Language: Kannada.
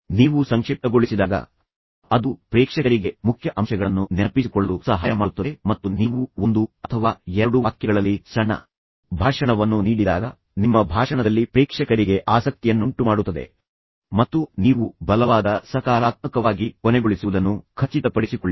ನೀವು ಸಂಕ್ಷಿಪ್ತಗೊಳಿಸಿದಾಗ ಅದು ಪ್ರೇಕ್ಷಕರಿಗೆ ಮುಖ್ಯ ಅಂಶಗಳನ್ನು ನೆನಪಿಸಿಕೊಳ್ಳಲು ಸಹಾಯ ಮಾಡುತ್ತದೆ ಮತ್ತು ನೀವು ಒಂದು ಅಥವಾ ಎರಡು ವಾಕ್ಯಗಳಲ್ಲಿ ಸಣ್ಣ ಭಾಷಣವನ್ನು ನೀಡಿದಾಗ ನಿಮ್ಮ ಭಾಷಣದಲ್ಲಿ ಪ್ರೇಕ್ಷಕರಿಗೆ ಆಸಕ್ತಿಯನ್ನುಂಟು ಮಾಡುತ್ತದೆ ಮತ್ತು ನೀವು ಬಲವಾದ ಸಕಾರಾತ್ಮಕವಾಗಿ ಕೊನೆಗೊಳಿಸುವುದನ್ನು ಖಚಿತಪಡಿಸಿಕೊಳ್ಳಿ